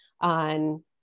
on